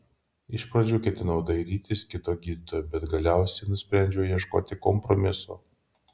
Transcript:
iš pradžių ketinau dairytis kito gydytojo bet galiausiai nusprendžiau ieškoti kompromiso